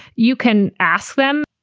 you can ask them,